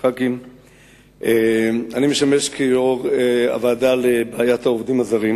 אני משמש כיו"ר הוועדה לבעיית העובדים הזרים,